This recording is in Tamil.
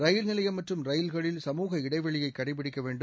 ரயில் நிலையம் மற்றும் ரயில்களில் சமுக இடைவெளியைக் கடைபிடிக்க வேண்டும்